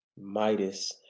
Midas